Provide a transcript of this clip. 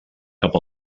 cap